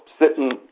sitting